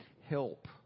help